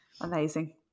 amazing